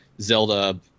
Zelda –